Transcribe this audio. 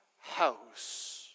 house